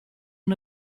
oan